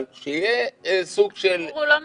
אבל שיהיה יותר --- הסיפור הוא לא מצילים,